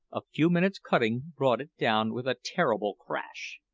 a few minutes' cutting brought it down with a terrible crash.